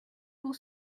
pour